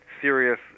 serious